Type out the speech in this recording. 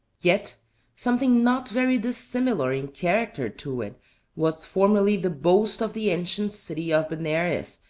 yet something not very dissimilar in character to it was formerly the boast of the ancient city of benares,